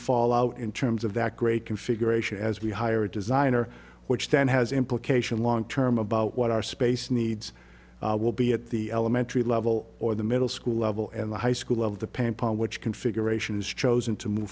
fall out in terms of that great configuration as we hire a designer which then has implication long term about what our space needs will be at the elem entry level or the middle school level and the high school level the pain upon which configuration is chosen to move